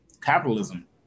capitalism